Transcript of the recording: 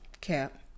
Cap